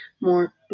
more